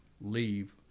leave